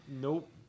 Nope